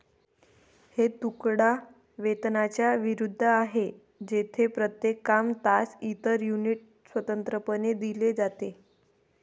हे तुकडा वेतनाच्या विरुद्ध आहे, जेथे प्रत्येक काम, तास, इतर युनिट स्वतंत्रपणे दिले जाते